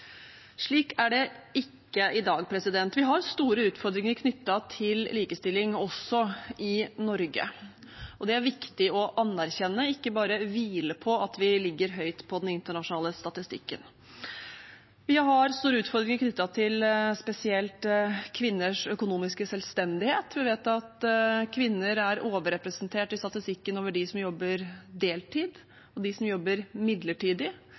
Slik er det ikke i dag. Vi har store utfordringer knyttet til likestilling også i Norge. Det er viktig å anerkjenne det – ikke bare hvile på at vi ligger høyt på den internasjonale statistikken. Vi har store utfordringer knyttet spesielt til kvinners økonomiske selvstendighet. Vi vet at kvinner er overrepresentert i statistikken over de som jobber deltid, og de som jobber midlertidig.